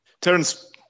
Terence